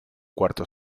cuarto